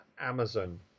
Amazon